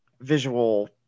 visual